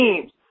teams